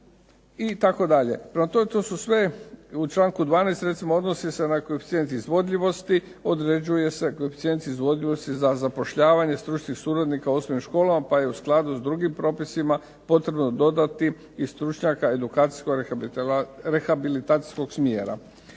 itd. Prema tome to su sve u članku 12. recimo odnosi se na koeficijent izvodljivosti, određuje se koeficijent izvodljivosti za zapošljavanje stručnih suradnika u osnovnim školama, pa je u skladu s drugim propisima potrebno dodati i stručnjaka edukacijsko rehabilitacijskog smjera.